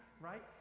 Right